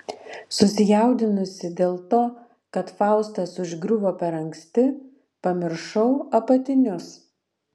susijaudinusi dėl to kad faustas užgriuvo per anksti pamiršau apatinius